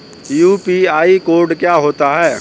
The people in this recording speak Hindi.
यू.पी.आई कोड क्या होता है?